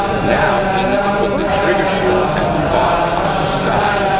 now, we need to put the trigger shoe, and the bar, on this side.